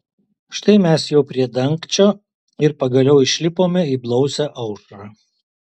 štai mes jau prie dangčio ir pagaliau išlipome į blausią aušrą